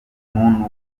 muntu